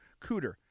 Cooter